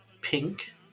Pink